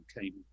came